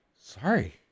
Sorry